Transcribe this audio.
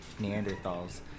Neanderthals